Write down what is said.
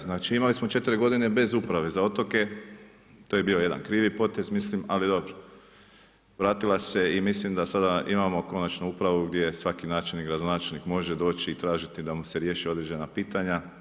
Znači imali smo 4 godine bez uprave za otoke, to je bio jedan krivi potez mislim, ali dobro, vratila se i mislim da sada imamo konačno upravu gdje svaki načelnik i gradonačelnik može doći i tražiti da mu se riješi određena pitanja.